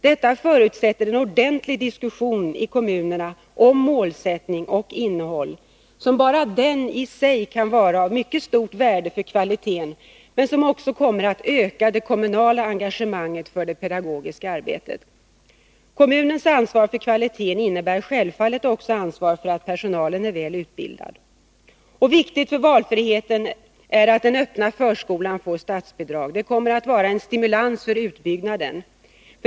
Detta förutsätter en ordentlig diskussion i kommunerna om målsättning och innehåll. Bara diskussionen i sig kan vara av mycket stort värde för kvaliteten i förskolan, men den kommer också att öka det kommunala engagemanget för det pedagogiska arbetet. Kommunens ansvar för kvaliteten innebär självfallet också ansvar för att barnomsorgspersonalen är väl utbildad. Viktigt för valfriheten är att den öppna förskolan får statsbidrag. Detta kommer att vara en stimulans för utbyggnaden.